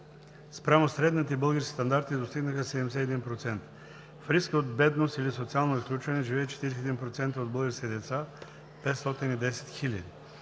спрямо средните български стандарти, достигнаха 71%. В риск от бедност или социално изключване живеят 41% от българските деца – 510 хиляди.